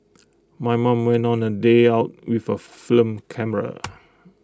my mom went on A day out with A film camera